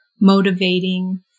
motivating